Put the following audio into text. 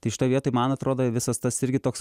tai šitoj vietoj man atrodo visas tas irgi toks